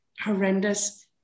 horrendous